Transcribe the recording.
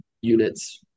units